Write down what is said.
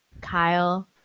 Kyle